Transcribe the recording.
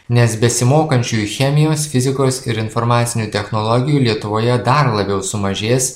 nes besimokančiųjų chemijos fizikos ir informacinių technologijų lietuvoje dar labiau sumažės